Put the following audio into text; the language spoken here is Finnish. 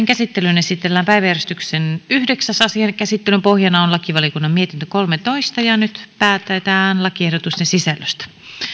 käsittelyyn esitellään päiväjärjestyksen yhdeksäs asia käsittelyn pohjana on lakivaliokunnan mietintö kolmetoista nyt päätetään lakiehdotusten sisällöstä